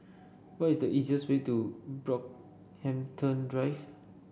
what is the easiest way to Brockhampton Drive